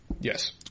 Yes